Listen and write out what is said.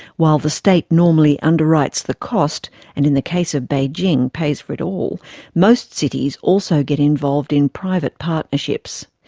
while the state normally underwrites the cost and in the case of beijing, pays for it all most cities also get involved in private partnerships.